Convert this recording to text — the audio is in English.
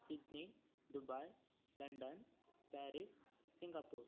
Sydney Dubai London Paris Singapore